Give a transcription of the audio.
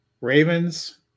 Ravens